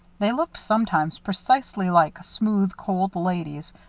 they looked, sometimes, precisely like smooth, cold ladies,